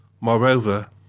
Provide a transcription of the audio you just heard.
Moreover